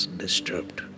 disturbed